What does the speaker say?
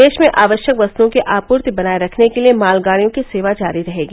देश में आवश्यक वस्तुओं की आपूर्ति बनाए रखने के लिए मालगाड़ियों की सेवा जारी रहेगी